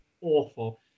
awful